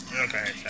Okay